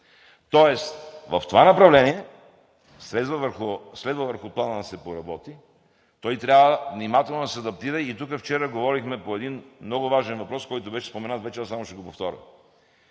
Тоест в това направление върху Плана следва да се поработи, той трябва внимателно да се адаптира и тук вчера говорихме по един много важен въпрос, който беше споменат, аз само ще го повторя